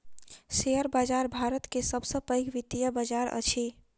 share बाजार भारत के सब सॅ पैघ वित्तीय बजार अछि